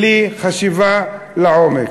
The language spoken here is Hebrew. בלי חשיבה לעומק.